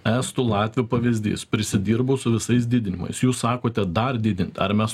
estų latvių pavyzdys prisidirbo su visais didinimais jūs sakote dar didint ar mes